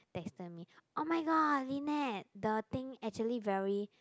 texted me oh-my-god Lynette the thing actually very